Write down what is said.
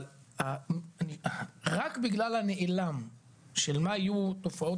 אבל רק בגלל הנעלם של מה יהיו תופעות